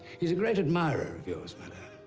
he's a great admirer of yours, but